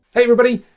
everybody.